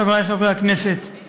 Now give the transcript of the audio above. חברי חברי הכנסת,